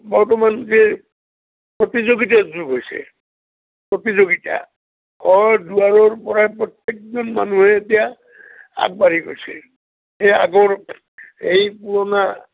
বৰ্তমান যে প্ৰতিযোগিতাৰ যুগ হৈছে প্ৰতিযোগিতা ঘৰ দুৱাৰৰপৰা প্ৰত্যেকজন মানুহে এতিয়া আগবাঢ়ি গৈছে এতিয়া আগৰ এই পুৰণা